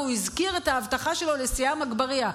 והוא הזכיר את ההבטחה שלו לסיהאם אגברייה.